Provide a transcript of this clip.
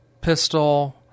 pistol